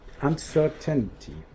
uncertainty